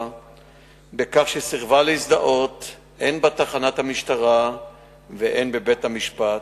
בכך שסירבה להזדהות הן בתחנת המשטרה והן בבית-המשפט,